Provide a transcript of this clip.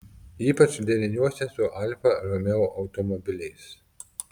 ypač deriniuose su alfa romeo automobiliais